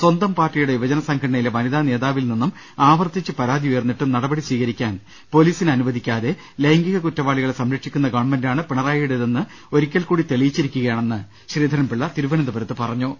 സ്വന്തം പാർട്ടിയുടെ യുവ ജനസംഘടനയിലെ വനിതാ നേതാവിൽ നിന്നും ആവർത്തിച്ച് പരാതി ഉയർന്നിട്ടും നടപടി സ്വീകരിക്കാൻ പൊലീസിനെ അനുവദിക്കാതെ ലൈംഗികകുറ്റവാളികളെ സംരക്ഷിക്കുന്ന ഗവൺമെന്റാണ് പിണറായിയുടേതെന്ന് ഒരിക്കൽകൂടി തെളിയി ച്ചിരിക്കുകയാണെന്ന് ശ്രീധരൻപിള്ള തിരുവനന്തപുരത്ത് പറഞ്ഞു